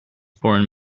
foreign